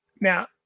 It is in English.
Now